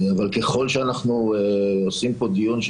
אני חושב שאנחנו עושים את זה באמת תוך